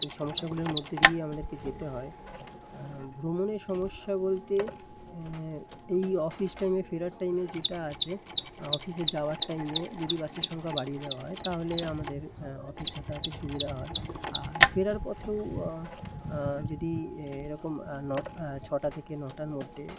এই সমস্যাগুলির মধ্যে দিয়ে আমাদেরকে যেতে হয় ভ্রমণের সমস্যা বলতে এই অফিস টাইমে ফেরার টাইমে যেটা আছে অফিসে যাওয়ার টাইমে যদি বাসের সংখ্যা বাড়িয়ে দেওয়া হয় তাহলে আমাদের অফিস যাতায়াতের সুবিধা হয় আর ফেরার পথেও যদি এরকম ন ছটা থেকে নটার মধ্যে